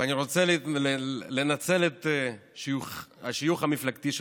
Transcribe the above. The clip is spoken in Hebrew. ואני רוצה לנצל את השיוך המפלגתי שלך.